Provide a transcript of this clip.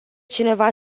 cineva